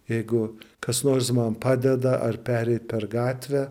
jeigu kas nors man padeda ar pereit per gatvę